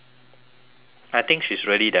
I think she's really damn done with me